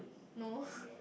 no